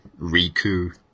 riku